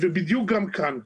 בדיוק גם כאן.